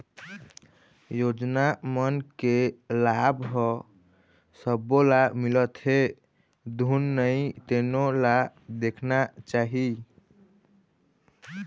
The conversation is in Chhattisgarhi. योजना मन के लाभ ह सब्बो ल मिलत हे धुन नइ तेनो ल देखना चाही